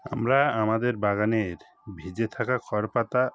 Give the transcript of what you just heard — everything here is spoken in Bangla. আমরা আমাদের বাগানের ভিজে থাকা খড় পাতা